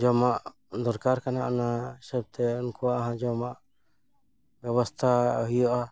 ᱡᱚᱢᱟᱜ ᱫᱚᱨᱠᱟᱨ ᱠᱟᱱᱟ ᱚᱱᱟ ᱦᱤᱥᱟᱹᱵ ᱛᱮ ᱩᱱᱠᱩᱣᱟᱜ ᱦᱚᱸ ᱡᱚᱢᱟᱜ ᱵᱮᱵᱚᱥᱛᱷᱟ ᱦᱩᱭᱩᱜᱼᱟ